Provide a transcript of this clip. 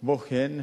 כמו כן,